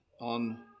on